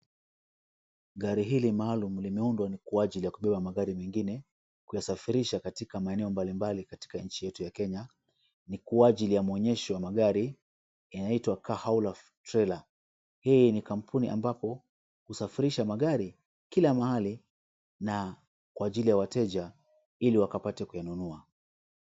Gari hili maalum limeundwa ni kwa ajili ya kubeba magari mengine, kuyasafarisha katika maeneo mbalimbali katika nchi yetu ya Kenya. Ni kwa ajili ya maonyesho ya magari inaitwa Car Hauler Trailer. Hii ni kampuni ambapo husafirisha magari kila mahali na kwa ajili ya wateja ili wakapate kuyanunua.